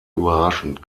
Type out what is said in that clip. überraschend